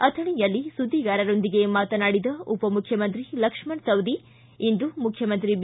ಅಥಣೆಯಲ್ಲಿ ಸುದ್ದಿಗಾರೊಂದಿಗೆ ಮಾತನಾಡಿದ ಉಪಮುಖ್ಯಮಂತ್ರಿ ಲಕ್ಷ್ಮಣ್ ಸವದಿ ಇಂದು ಮುಖ್ಯಮಂತ್ರಿ ಬಿ